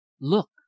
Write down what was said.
look